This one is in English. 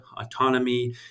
autonomy